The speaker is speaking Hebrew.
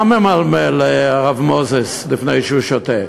מה ממלמל הרב מוזס לפני שהוא שותה?